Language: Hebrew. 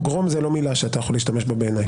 בעייני פוגרום היא לא מילה שאתה יכול להשתמש בה.